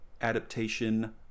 adaptation